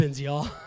y'all